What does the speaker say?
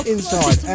Inside